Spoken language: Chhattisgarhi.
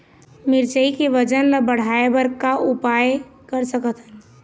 मिरचई के वजन ला बढ़ाएं बर का उपाय कर सकथन?